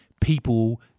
people